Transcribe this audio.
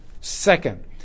Second